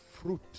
fruit